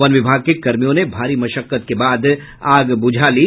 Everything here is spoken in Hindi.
वन विभाग के कर्मियों ने भारी मशक्कत के बाद आग बुझा ली